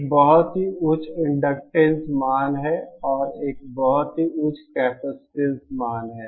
एक बहुत ही उच्च इंडक्टेंस मान है और एक बहुत ही उच्च कैपेसिटेंस मान है